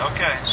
Okay